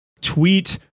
tweet